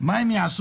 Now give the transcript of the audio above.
מה הם יעשו?